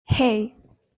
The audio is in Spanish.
hey